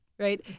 Right